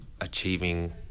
achieving